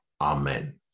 amen